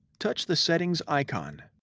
touch the settings icon.